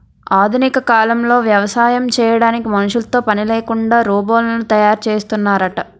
ఆధునిక కాలంలో వ్యవసాయం చేయడానికి మనుషులతో పనిలేకుండా రోబోలను తయారు చేస్తున్నారట